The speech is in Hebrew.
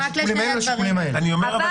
השיקולים האלה והשיקולים האלה.